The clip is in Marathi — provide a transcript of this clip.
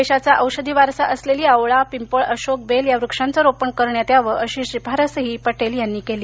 देशाचा औषधी वारसा असलेली आवळा पिंपळ अशोक बेल या वृक्षांच रोपण करण्यात याव अशी शिफारसही पटेल यांनी केली